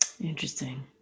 Interesting